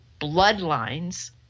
bloodlines